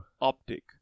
Optic